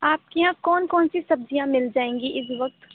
آپ کی یہاں کون کون سی سبزیاں مل جائیں گی اِس وقت